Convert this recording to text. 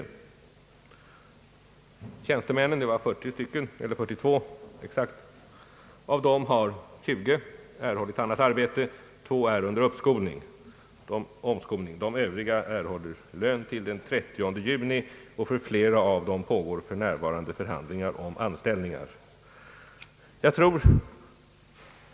Av tjänstemännen — det var exakt 42 — har 20 erhållit annat arbete me dan två är under omskolning. De övriga erhåller lön till den 30 juni, och för flera av dem pågår för närvarande förhandlingar om anställning.